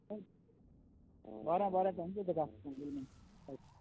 बोरें बोरें thank you तुका हय